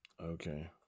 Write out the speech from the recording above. Okay